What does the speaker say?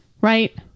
right